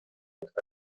esta